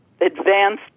advanced